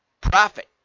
profit